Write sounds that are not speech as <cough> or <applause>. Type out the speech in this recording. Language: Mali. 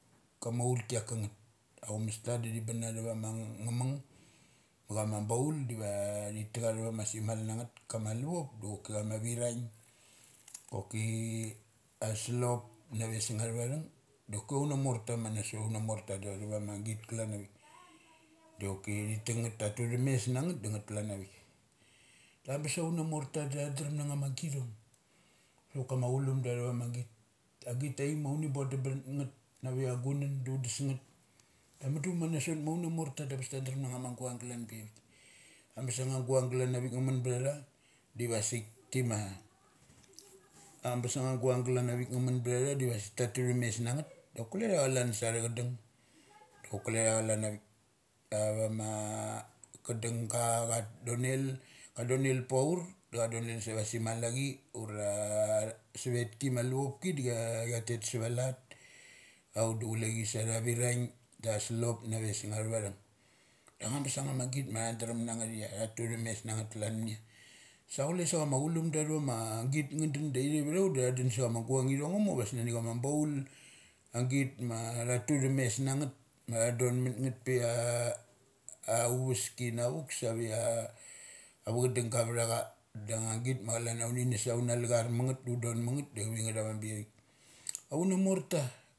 Kama aurki angkangeth. Aumasta da tha thibun athavamangamung ma chama baul deva thi tekatha va ma semalnangeth. Kama luop doki chama aviraing choki athavasiop nave sungathava thung doki auna morta ma na sothauno amorta da man na sot auna morta da atharane git kalan avik da choki thateng ngeth thatuthem mesnangeth neth klan avik. Da bes aunamorta da thadremna githong va kama chulum da athavamagit. Agit taithik ma uthi, bon dum bunngeth ve ai gunanda un desngeth da mudu manast aunamosta da bes ta drem na nga ma guang glan biavik. Ambes guanga glan avik nga mun bthatha diva sa siktimma. Angebes anga ma guang galan bravik nga munbtha tha diva sik ta thum mes na ngeth dok kule tha calan sa tah chadung chok kule the calan avik. Avamo kaddung ga cha donel. Ka donel pa ur ka donel sa va simaachi ura tha sivetki ma luchopki chuia tet svalat auk du chule chi satha viraing auk de tha slop nave sung athavathung. Angabes anga ma git amtha drem nange thia tha tu thum mes na ngeth klan mania sa chule sa chama chulum da athavamagit nga dun da ithe vtha ut da tha dun sa chama guang ithong nga mor vasik nani chama baul. Agit ma tha tuthum mes nangeth ma tha don mun ngeth pe ia <hesitation> auveskinavuk save ia ava chadung gavtha cha. Da ma git ma calania uni nes auna lachar munseth do un don mangeth da chavingeth avang biavik. Auna morta.